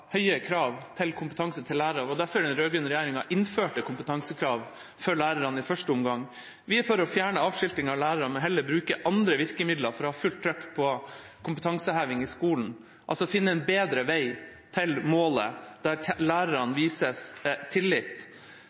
er for å fjerne avskiltingen av lærere og vil heller bruke andre virkemidler for å ha fullt trøkk på kompetanseheving i skolen, altså å finne en bedre vei til målet, der lærerne blir vist tillit.